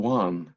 one